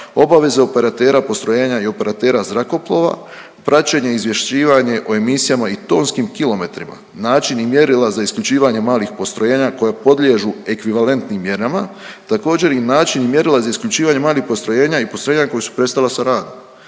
obaveza operatera postrojenja i operatera zrakoplova, praćenje i izvješćivanje o emisijama i tonskim kilometrima, način i mjerila za isključivanje malih postrojenja koji podliježu ekvivalentnim mjerama, također, i način mjerila za isključivanje malih postrojenja i postrojenja koja su prestala sa radom,